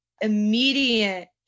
immediate